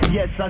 Yes